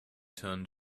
turned